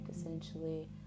essentially